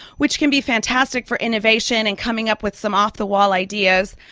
which can be fantastic for innovation and coming up with some off-the-wall ideas,